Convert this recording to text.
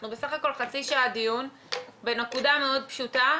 אנחנו בסך הכול חצי שעה דיון בנקודה מאוד פשוטה,